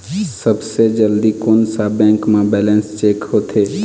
सबसे जल्दी कोन सा बैंक म बैलेंस चेक होथे?